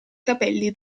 capelli